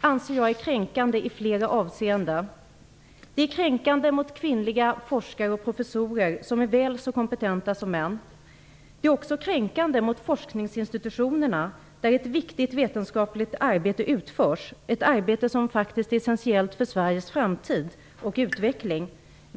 anser jag är kränkande i flera avseenden. Det är kränkande mot kvinnliga forskare och professorer som är väl så kompetenta som män. Det är också kränkande mot forskningsinstitutionerna, där ett viktigt vetenskapligt arbete utförs, ett arbete som faktiskt är essentiellt för Sveriges framtid och utveckling.